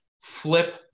flip